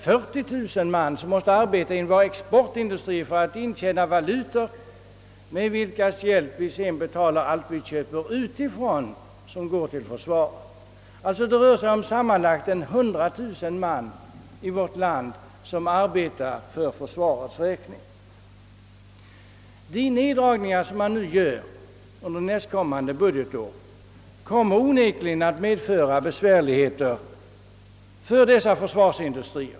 40 000 man arbeta inom våra exportindustrier för att intjäna valutor, med. vilkas hjälp vi betalar alla försvarsförnödenheter vi köper utifrån. Sammanlagt. arbetar alltså cirka 100 000 man i vårt land för försvaret. De 'indragningar som göres under nästkommande . budgetår kommer onekligen : att: . medföra ' besvärligheter för dessa - försvarsindustrier.